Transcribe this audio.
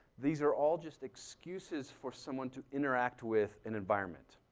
these are all just excuses for someone to interact with an environment.